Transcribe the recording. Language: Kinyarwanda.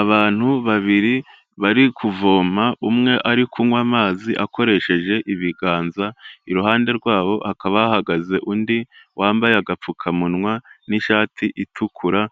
Abantu babiri bari kuvoma umwe ari kunywa amazi akoresheje ibiganza iruhande rwabo akaba ahahagaze undi wambaye agapfukamunwa n'ishati itukura,